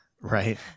Right